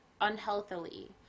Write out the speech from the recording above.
unhealthily